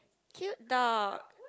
cute dog